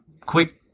Quick